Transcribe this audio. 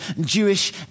Jewish